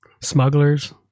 smugglers